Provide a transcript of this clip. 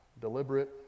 deliberate